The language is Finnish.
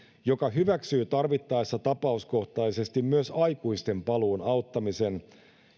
joka hyväksyy tarvittaessa tapauskohtaisesti myös aikuisten paluun auttamisen